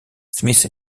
smith